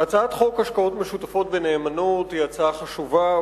הצעת חוק השקעות משותפות בנאמנות היא הצעה חשובה,